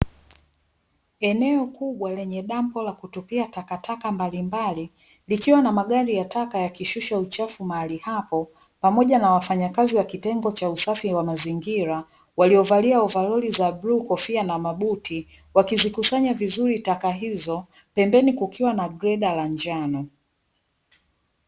Eneo kubwa lenye dampo la kutupia takataka mbalimbal,i likiwa na magari ya taka yakishusha uchafu mahali hapo, pamoja na wafanyakazi wa kitengo cha usafi wa mazingira waliovalia ovaroli za buluu, kofia, na mabuti wakizikusanya vizuri taka hizo, pembeni kukiwa na greda la njano.